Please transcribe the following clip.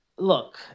Look